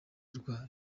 rwa